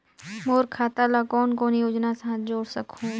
मोर खाता ला कौन कौन योजना साथ जोड़ सकहुं?